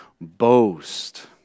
boast